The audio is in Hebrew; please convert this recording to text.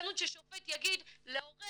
ששופט יגיד להורה